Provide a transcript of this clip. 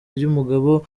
ry’umugabo